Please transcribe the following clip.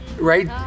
Right